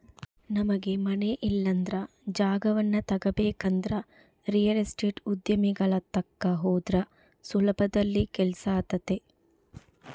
ನಮಗೆ ಮನೆ ಇಲ್ಲಂದ್ರ ಜಾಗವನ್ನ ತಗಬೇಕಂದ್ರ ರಿಯಲ್ ಎಸ್ಟೇಟ್ ಉದ್ಯಮಿಗಳ ತಕ ಹೋದ್ರ ಸುಲಭದಲ್ಲಿ ಕೆಲ್ಸಾತತೆ